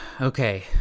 Okay